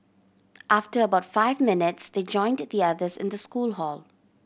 after about five minutes they joined the others in the school hall